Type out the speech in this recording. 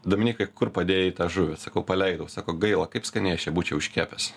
dominykai kur padėjai tą žuvį sakau paleidau sako gaila kaip skaniai aš ją būčiau iškepęs